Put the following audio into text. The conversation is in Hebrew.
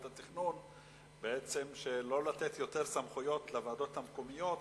התכנון שלא לתת יותר סמכויות לוועדות המקומיות.